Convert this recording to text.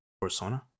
persona